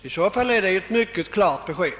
I så fall är det ett mycket klart besked.